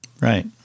Right